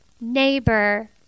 neighbor